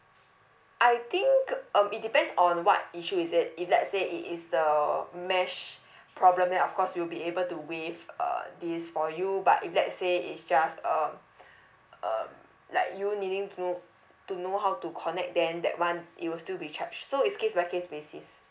I think um it depends on what issue is it if let's say it is the mesh problem then of course you'll be able to waive uh this for you but if let's say is just um um like you needing to know to know how to connect then that [one] it will still be charged so is case by case basis